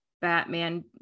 batman